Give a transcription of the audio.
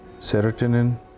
serotonin